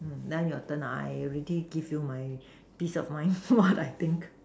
mm now your turn I already give you my peace of mind what I think